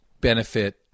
benefit